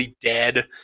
dead